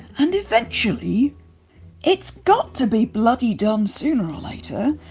and eventually it's got to be bloody done sooner or later.